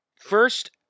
First